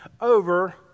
over